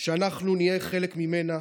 שאנחנו נהיה חלק ממנה,